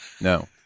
No